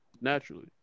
Naturally